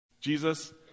Jesus